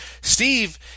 steve